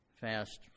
fast